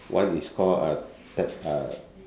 one is call uh te~ uh